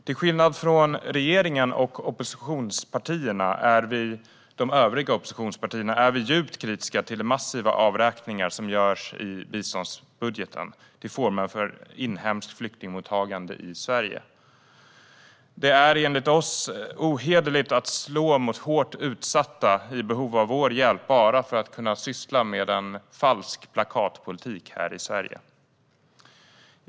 Till skillnad från regeringen och de övriga oppositionspartierna är vi djupt kritiska till de massiva avräkningar som görs i biståndsbudgeten till förmån för inhemskt flyktingmottagande i Sverige. Det är enligt oss ohederligt att slå mot hårt utsatta i behov av vår hjälp bara för att kunna syssla med en falsk plakatpolitik här i Sverige.